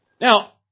Now